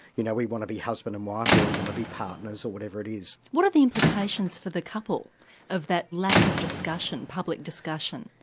you know we want to be husband and wife, or we want to be partners or whatever it is. what are the implications for the couple of that lack of discussion, public discussion?